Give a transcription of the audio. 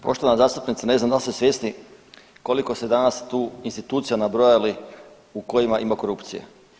Poštovana zastupnice, ne znam da li ste svjesni koliko ste danas tu institucija danas nabrojali u kojima ima korupcije.